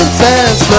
Princess